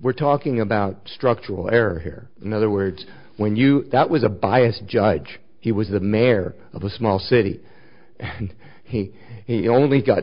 we're talking about structural error here in other words when you that was a biased judge he was the mayor of a small city and he he only got